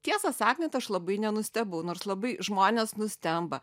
tiesą sakant aš labai nenustebau nors labai žmonės nustemba